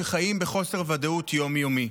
שחיים בחוסר ודאות יום-יומי?